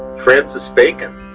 francis bacon,